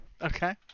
Okay